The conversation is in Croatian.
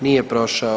Nije prošao.